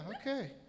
okay